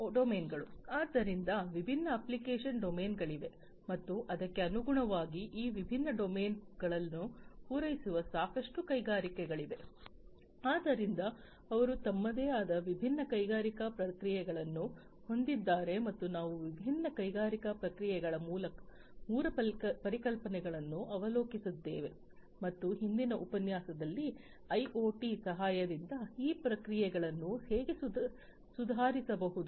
ಆದ್ದರಿಂದ ವಿಭಿನ್ನ ಅಪ್ಲಿಕೇಶನ್ ಡೊಮೇನ್ಗಳಿವೆ ಮತ್ತು ಅದಕ್ಕೆ ಅನುಗುಣವಾಗಿ ಈ ವಿಭಿನ್ನ ಡೊಮೇನ್ಗಳನ್ನು ಪೂರೈಸುವ ಸಾಕಷ್ಟು ಕೈಗಾರಿಕೆಗಳಿವೆ ಆದ್ದರಿಂದ ಅವರು ತಮ್ಮದೇ ಆದ ವಿಭಿನ್ನ ಕೈಗಾರಿಕಾ ಪ್ರಕ್ರಿಯೆಗಳನ್ನು ಹೊಂದಿದ್ದಾರೆ ಮತ್ತು ನಾವು ವಿಭಿನ್ನ ಕೈಗಾರಿಕಾ ಪ್ರಕ್ರಿಯೆಗಳ ಮೂಲ ಪರಿಕಲ್ಪನೆಗಳನ್ನು ಅವಲೋಕಿಸಿದ್ದೇನೆ ಮತ್ತು ಹಿಂದಿನ ಉಪನ್ಯಾಸದಲ್ಲಿ ಐಒಟಿಯ ಸಹಾಯದಿಂದ ಈ ಪ್ರಕ್ರಿಯೆಗಳನ್ನು ಹೇಗೆ ಸುಧಾರಿಸಬಹುದು